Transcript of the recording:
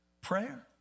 prayer